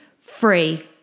free